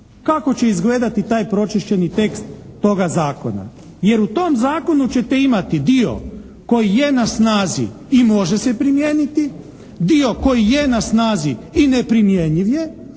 kako će izgledati taj pročišćeni tekst toga zakona. Jer u tom zakonu ćete imati dio koji je na snazi i može se primijeniti, dio koji je na snazi i neprimjenjiv je